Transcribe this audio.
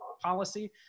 policy